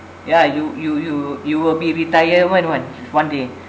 yeah you you you you will be retirement [one] one day